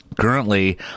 Currently